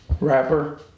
rapper